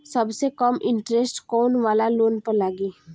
सबसे कम इन्टरेस्ट कोउन वाला लोन पर लागी?